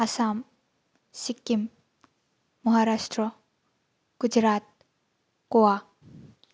Assam Sikkim Maharashtra Gujarat Goa